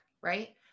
right